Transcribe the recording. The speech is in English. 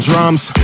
Drums